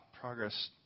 progress